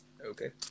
Okay